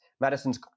Madison's